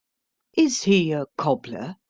is he a cobbler?